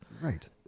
Right